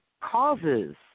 causes